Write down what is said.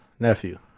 Nephew